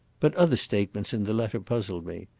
but other statements in the letter puzzled me.